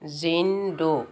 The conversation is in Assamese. জেইন ডৌ